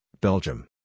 Belgium